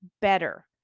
better